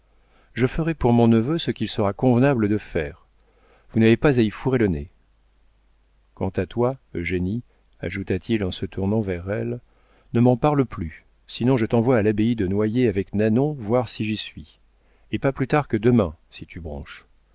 je ferai pour mon neveu ce qu'il sera convenable de faire vous n'avez pas à y fourrer le nez quant à toi eugénie ajouta-t-il en se tournant vers elle ne m'en parle plus sinon je t'envoie à l'abbaye de noyers avec nanon voir si j'y suis et pas plus tard que demain si tu bronches